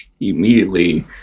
immediately